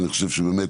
ואני חושב שבאמת